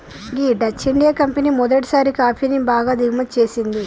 గీ Dutch India company మొదటిసారి కాఫీని బాగా దిగుమతి చేసింది